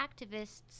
activists